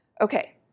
Okay